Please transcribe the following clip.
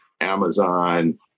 Amazon